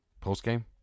post-game